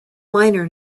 liner